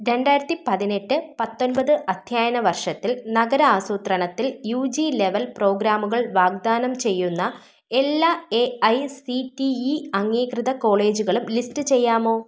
രണ്ടായിരത്തി പതിനെട്ട് പത്തൊൻപത് അധ്യയന വർഷത്തിൽ നഗര ആസൂത്രണത്തിൽ യു ജി ലെവൽ പ്രോഗ്രാമുകൾ വാഗ്ദാനം ചെയ്യുന്ന എല്ലാ A I C T E അംഗീകൃത കോളേജുകളും ലിസ്റ്റ് ചെയ്യാമോ